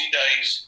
days